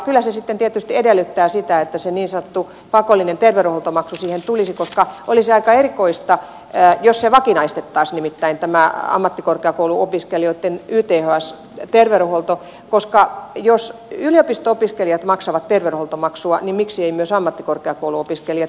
kyllä se sitten tietysti edellyttää sitä että se niin sanottu pakollinen terveydenhuoltomaksu siihen tulisi koska olisi aika erikoista jos vakinaistettaisiin nimittäin tämä ammattikorkeakouluopiskelijoiden yths terveydenhuolto koska jos yliopisto opiskelijat maksavat terveydenhuoltomaksua niin miksi eivät myös ammattikorkeakouluopiskelijat